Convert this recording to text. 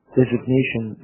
designation